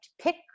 pick